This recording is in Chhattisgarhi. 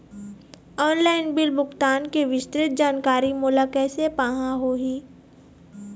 ऑनलाइन बिल भुगतान के विस्तृत जानकारी मोला कैसे पाहां होही?